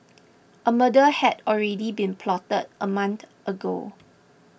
a murder had already been plotted a month ago